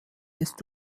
ist